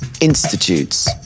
Institutes